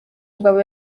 mugabo